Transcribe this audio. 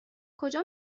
کجا